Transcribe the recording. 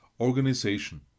Organization